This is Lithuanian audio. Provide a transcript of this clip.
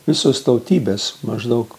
visos tautybės maždaug